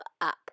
up